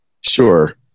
Sure